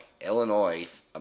Illinois